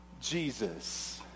Jesus